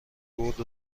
برد